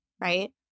Right